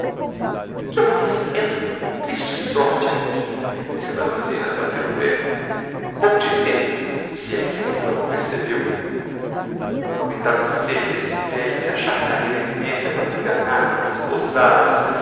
que aborrecimento triste sorte é a minha exclama a zina a bater o pé vou dizer lho se é que ainda o não percebeu aproveitar o ensejo d'esse velho se achar caído em demencia para o enganar para o desposar assim